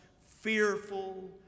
fearful